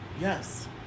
Yes